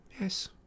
Yes